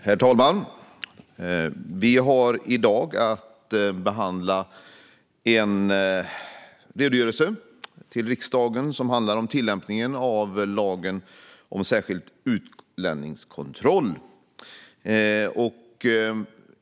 Herr talman! Vi har i dag att behandla ett betänkande som handlar om en redogörelse för tillämpningen av lagen om särskild utlänningskontroll.